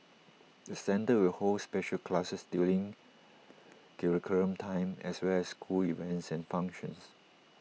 the centre will hold special classes during curriculum time as well as school events and functions